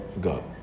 God